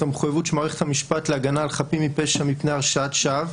המחויבות של מערכת המשפט להגנה על חפים מפשע מפני הרשעת שווא.